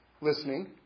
listening